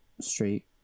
straight